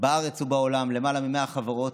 בארץ ובעולם, למעלה מ-100 חברות,